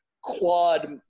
quad